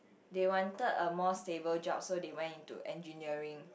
they wanted a more stable job so they went into engineering